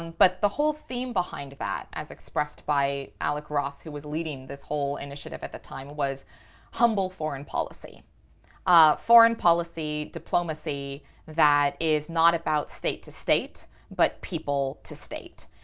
and but the whole theme behind that, as expressed by alec ross who was leading this whole initiative at the time, was humble foreign policy ah foreign policy, diplomacy that is not about state to state but people to state.